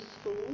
school